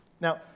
Now